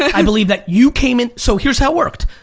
i believe that you came in, so here's how it worked,